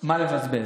מה לבזבז.